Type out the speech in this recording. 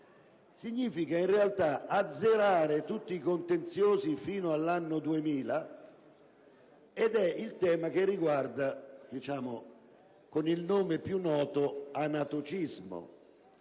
significa in realtà azzerare tutti i contenziosi fino all'anno 2000 (è il tema che viene definito con il nome più noto di anatocismo).